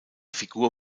figur